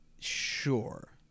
Sure